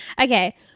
Okay